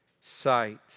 sight